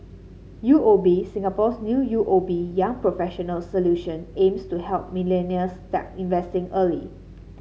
U O B Singapore's new U O B Young Professionals Solution aims to help millennials start investing early